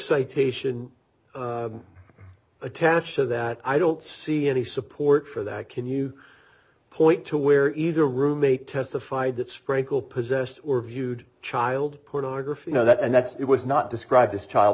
citation attached to that i don't see any support for that can you point to where either roommate testified that sprinkle possessed or viewed child pornography know that and that it was not described as child